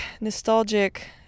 nostalgic